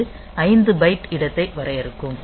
இது 5 பைட் இடத்தை வரையறுக்கும்